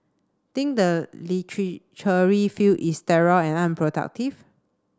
think the field is sterile and unproductive